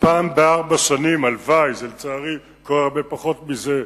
פעם בארבע שנים, הלוואי, לצערי זה כבר פחות מזה,